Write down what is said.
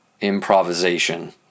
improvisation